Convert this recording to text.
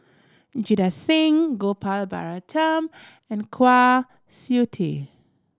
Jita Singh Gopal Baratham and Kwa Siew Tee